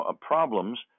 problems